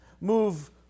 Move